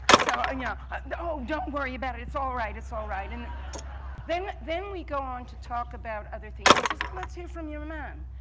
so and yeah oh, don't worry about it! it's all right, it's all right! and then then we go on to talk about other things. he says, let's hear from your man.